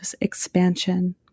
expansion